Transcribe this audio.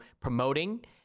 promoting